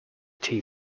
tea